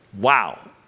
Wow